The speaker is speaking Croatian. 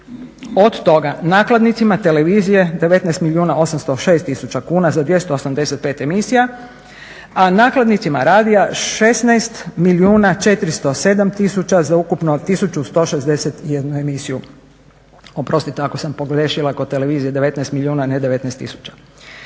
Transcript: Od toga nakladnicima televizije 19 milijuna 806 tisuća kuna za 285 emisija a nakladnicima radija 16 milijuna 407 tisuća za ukupno 1161 emisiju. Oprostite ako sam pogriješila kod televizije 19 milijuna ne 19 tisuća.